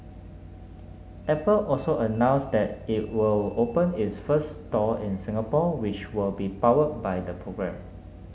apple also announced that it will open its first store in Singapore which will be powered by the program